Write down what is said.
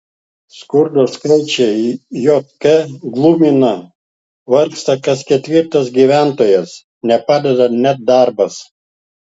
skurdo skaičiai jk glumina vargsta kas ketvirtas gyventojas nepadeda net darbas